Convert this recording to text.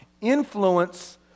influence